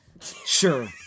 Sure